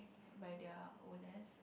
by their owners